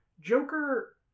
Joker